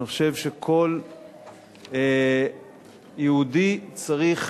אני חושב שכל יהודי צריך